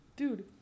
Dude